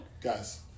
Guys